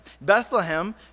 Bethlehem